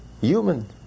Human